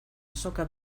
azoka